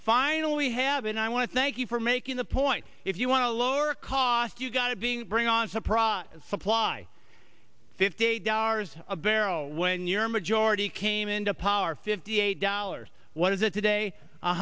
finally have and i want to thank you for making the point if you want to lower costs you've got to being bring on surprise supply fifty dollars a barrel when you're majority came into power fifty eight dollars what is it today